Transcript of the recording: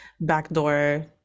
backdoor